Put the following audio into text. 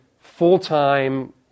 full-time